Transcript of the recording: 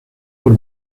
por